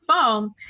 phone